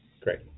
Great